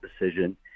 decision